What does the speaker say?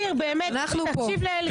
אנחנו פה.